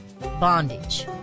bondage